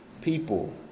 people